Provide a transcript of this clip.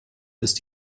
ist